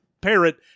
parrot